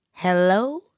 Hello